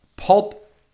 Pulp